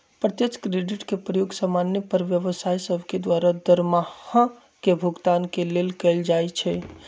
प्रत्यक्ष क्रेडिट के प्रयोग समान्य पर व्यवसाय सभके द्वारा दरमाहा के भुगतान के लेल कएल जाइ छइ